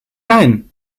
nein